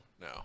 no